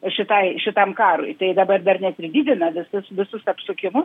šitai šitam karui tai dabar dar net ir didina visus visus apsukimus